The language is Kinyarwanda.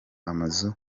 amazu